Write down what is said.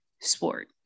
sport